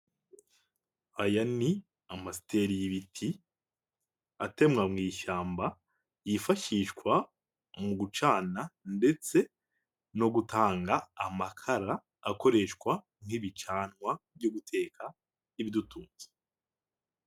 Aya ni amasiteri y'ibiti, atemwa mu ishyamba, yifashishwa, mugucana ndetse, no gutanga amakara akoreshwa nk'ibicanwa byo guteka, ibidutunze.